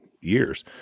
years